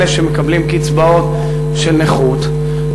אלה שמקבלים קצבאות נכות,